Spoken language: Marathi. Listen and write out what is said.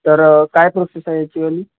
तर काय प्रोसेस आहे याचीवाली